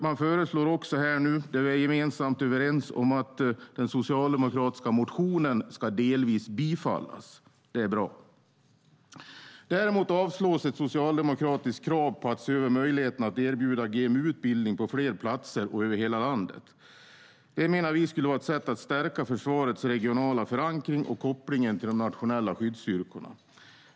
Man föreslår också här nu - det är vi överens om - att den socialdemokratiska motionen delvis ska bifallas. Det är bra. Däremot avslås ett socialdemokratiskt krav på att se över möjligheterna att erbjuda GMU-utbildning på fler platser och över hela landet. Det menar vi skulle vara ett sätt att stärka försvarets regionala förankring och kopplingen till de nationella skyddsstyrkorna.